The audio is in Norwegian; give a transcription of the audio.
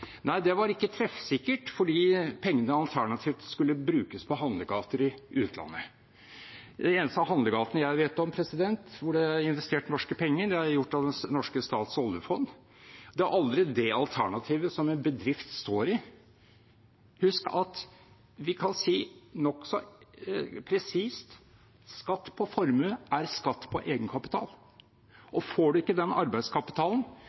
Nei, det var ikke treffsikkert fordi pengene alternativt skulle brukes på handlegater i utlandet. De eneste handlegatene jeg vet om hvor det er investert norske penger, er der det er gjort av den norske stats oljefond. Det er aldri det alternativet som en bedrift står overfor. Husk at vi kan si nokså presist at skatt på formue er skatt på egenkapital, og får man ikke den arbeidskapitalen,